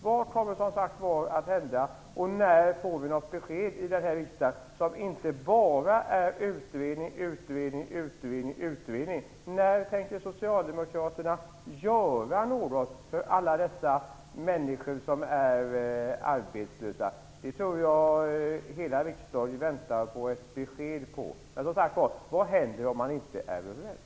Vad kommer som sagt att hända, och när får vi i denna riksdag något besked som inte bara är utredning på utredning? När tänker Socialdemokraterna göra något för alla dessa människor som är arbetslösa? Det tror jag att hela riksdagen väntar på ett besked om. Som sagt var: Vad händer om man inte kommer överens?